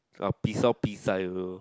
uh piss ah piss uh you know